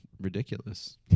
ridiculous